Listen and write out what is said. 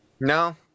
no